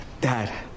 Dad